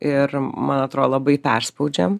ir man atrodo labai perspaudžiam